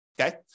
okay